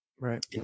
right